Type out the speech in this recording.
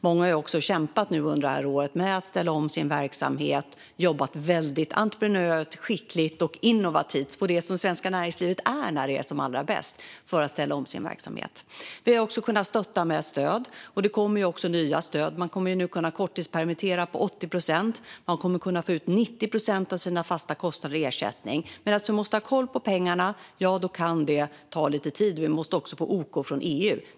Många har också under året kämpat med att ställa om sin verksamhet och jobbat entreprenöriellt, skickligt och innovativt för att ställa om sin verksamhet - som svenska näringslivet är när det är som allra bäst. Vi har stöttat, och det kommer också nya stöd. Man kommer nu att kunna korttidspermittera på 80 procent, och man kommer att få ut 90 procent av sina fasta kostnader i ersättning. Men eftersom vi måste ha koll på pengarna kan det ta lite tid, och vi måste också få okej från EU.